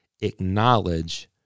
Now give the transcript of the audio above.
acknowledge